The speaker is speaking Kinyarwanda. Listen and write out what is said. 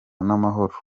n’amahoro